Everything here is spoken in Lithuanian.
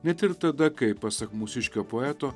net ir tada kai pasak mūsiškio poeto